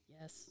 yes